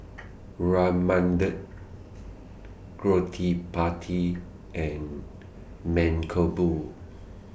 Ramanand Gottipati and Mankombu